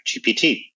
gpt